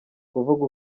kuvuga